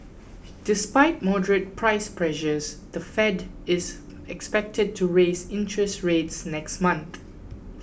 despite moderate price pressures the Fed is expected to raise interest rates next month